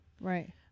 Right